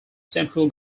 central